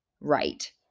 right